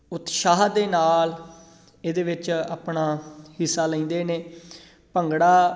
ਉਤਸ਼ਾਹ ਦੇ ਨਾਲ ਇਹਦੇ ਵਿੱਚ ਆਪਣਾ ਹਿੱਸਾ ਲੈਂਦੇ ਨੇ ਭੰਗੜਾ